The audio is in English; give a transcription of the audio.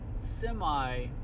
semi